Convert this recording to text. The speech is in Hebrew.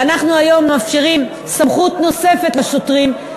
ואנחנו היום מאפשרים סמכות נוספת לשוטרים,